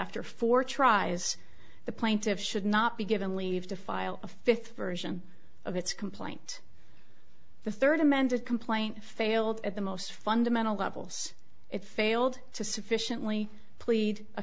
after four tries the plaintiffs should not be given leave to file a fifth version of its complaint the third amended complaint failed at the most fundamental levels it failed to sufficiently plead a